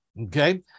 Okay